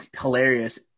hilarious